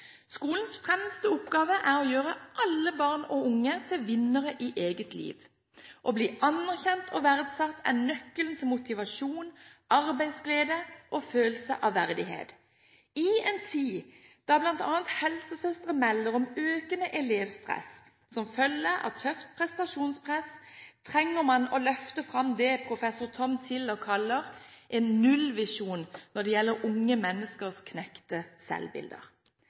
Skolens fremste oppgave er å gjøre alle barn og unge til vinnere i eget liv. Å bli anerkjent og verdsatt er nøkkelen til motivasjon, arbeidsglede og følelse av verdighet. I en tid da bl.a. helsesøstre melder om økende elevstress som følge av tøft prestasjonspress, trenger man å løfte fram det professor Tom Tiller kaller en nullvisjon når det gjelder unge menneskers knekte selvbilder.